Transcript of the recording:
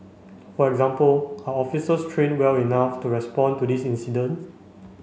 for example are officers trained well enough to respond to these incident